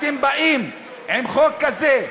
אתם באים עם חוק כזה,